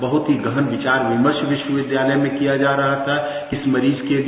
बहत ही गहन विचार विमर्श विस्वविद्यातय में किया जा रहा था इस मरीज के लिए